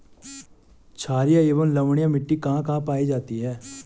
छारीय एवं लवणीय मिट्टी कहां कहां पायी जाती है?